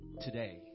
today